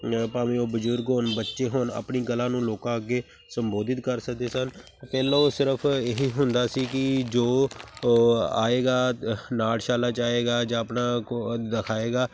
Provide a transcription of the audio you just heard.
ਭਾਵੇਂ ਉਹ ਬਜ਼ੁਰਗ ਹੋਣ ਬੱਚੇ ਹੋਣ ਆਪਣੀ ਕਲਾ ਨੂੰ ਲੋਕਾਂ ਅੱਗੇ ਸੰਬੋਧਿਤ ਕਰ ਸਕਦੇ ਸਨ ਪਹਿਲਾਂ ਉਹ ਸਿਰਫ ਇਹੀ ਹੁੰਦਾ ਸੀ ਕਿ ਜੋ ਆਏਗਾ ਨਾਟਸ਼ਾਲਾ ਜਾਵੇਗਾ ਜਾਂ ਆਪਣਾ ਦਿਖਾਵੇਗਾ